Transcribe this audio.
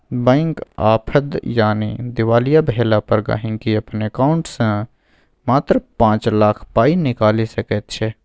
bank आफद यानी दिवालिया भेला पर गांहिकी अपन एकांउंट सँ मात्र पाँच लाख पाइ निकालि सकैत छै